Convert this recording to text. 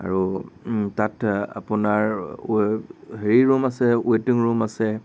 আৰু তাত আপোনাৰ ৱে হেৰি ৰুম আছে ৱেটিং ৰুম আছে